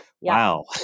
wow